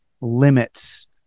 limits